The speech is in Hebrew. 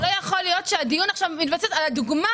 לא יכול להיות שהדיון עכשיו מתבסס על הדוגמה